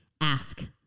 ask